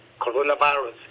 coronavirus